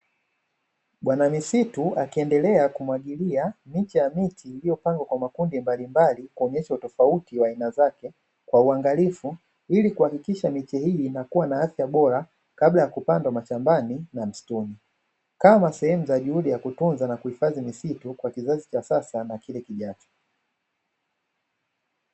Bwana misitu akiendelea kumwagilia miche ya miti iliyopangwa kwa makundi mbalimbali kuonyesha utofauti wa aina zake kwa uangalifu, ili kuhakikisha miche hii inakuwa na afya bora kabla ya kupandwa mashambani na msituni. Kama sehemu za juhudi ya kutunza na kuhifadhi misitu kwa kizazi cha sasa na kile kijacho.